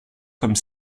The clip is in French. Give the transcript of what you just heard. comme